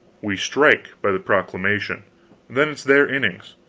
we strike by the proclamation then it's their innings.